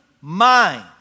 mind